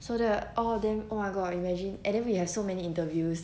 so that all of them oh my god imagine and then we have so many interviews